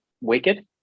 wicked